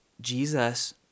Jesus